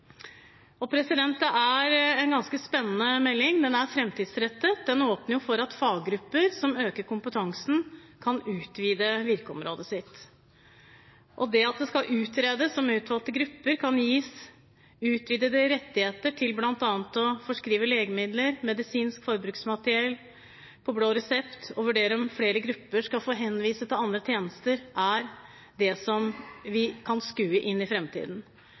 Det er en ganske spennende melding. Den er framtidsrettet. Den åpner for at faggrupper som øker kompetansen, kan utvide virkeområdet sitt. Når det skal utredes om utvalgte grupper kan gis utvidede rettigheter til bl.a. å forskrive legemidler og medisinsk forbruksmateriell på blå resept, og vurderes om flere grupper skal få henvise til andre tjenester, er det som vi kan skue inn i